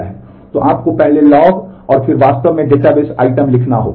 तो आपको पहले लॉग और फिर वास्तविक डेटाबेस आइटम लिखना होगा